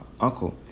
uncle